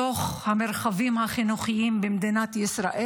בתוך המרחבים החינוכיים במדינת ישראל.